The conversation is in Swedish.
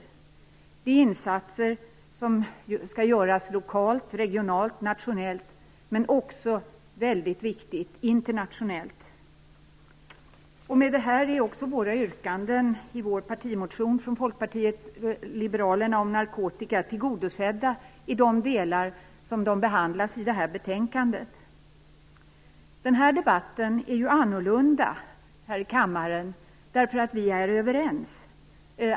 Det är insatser som skall göras lokalt, regionalt och nationellt, men också, vilket är väldigt viktigt, internationellt. Därmed är också yrkandena i Folkpartiet liberalernas partimotion om narkotika tillgodosedda i de delar som behandlas i det här betänkandet. Den här debatten i kammaren är annorlunda genom att vi är överens.